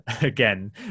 again